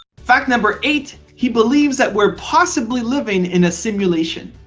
fact number eight, he believes that we're possibly living in a simulation.